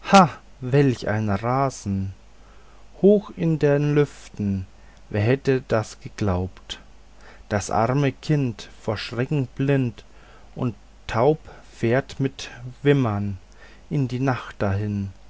welch ein rasen hoch in den lüften wer hätt das geglaubt das arme kind vor schrecken blind und taub fährt mit wimmern in die nacht dahin